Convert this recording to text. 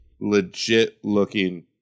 legit-looking